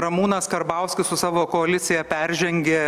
ramūnas karbauskis su savo koalicija peržengė